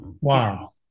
Wow